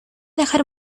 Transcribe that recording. dejar